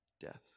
death